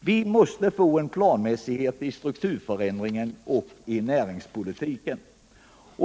Vi måste få planmässighet i strukturförändringarna och i näringspolitiken.